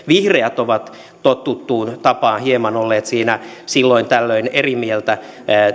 vihreät ovat totuttuun tapaan hieman olleet siinä silloin tällöin eri mieltä